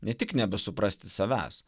ne tik nebesuprasti savęs